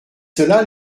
cela